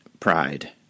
pride